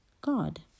God